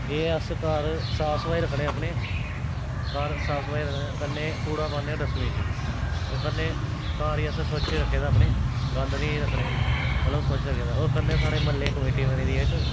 एह् अस घर साफ सफाई रक्खने अपने घर साफ सफाई रक्खने कन्नै कूड़ा पान्ने डस्टबिन च कन्नै घर गी असें स्वच्छ रक्खे दा अपने गंद नि रक्खने मतलब स्वच्छ रक्खे दा होर कन्नै साढ़े म्हल्लै कमेटी बनी दी इक